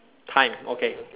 time okay